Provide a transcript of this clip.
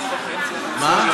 נגמרה ההצבעה?